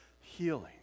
healing